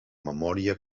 memòria